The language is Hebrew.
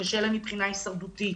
שקשה להן מבחינה הישרדותית,